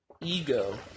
ego